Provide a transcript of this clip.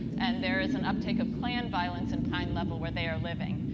and, there is an uptake of klan violence in pine level where they are living.